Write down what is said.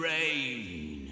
Rain